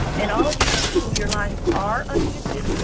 and all of you, who your lines are unmuted,